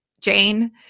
Jane